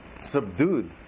subdued